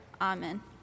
Amen